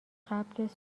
قبل